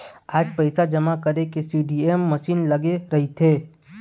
आज पइसा जमा करे के सीडीएम मसीन लगे रहिथे